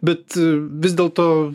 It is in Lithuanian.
bet vis dėl to